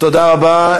תודה רבה.